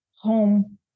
home